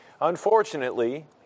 Unfortunately